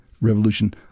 revolution